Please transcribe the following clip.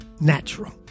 natural